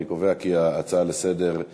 אני קובע כי ההצעה לסדר-היום,